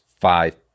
five